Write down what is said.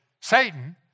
Satan